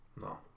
No